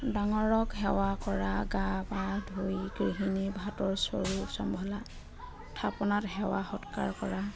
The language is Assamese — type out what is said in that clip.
ডাঙৰক সেৱা কৰা গা পা ধুই গৃহিণী ভাতৰ চৰু চম্ভলা থাপনাত সেৱা সৎকাৰ কৰা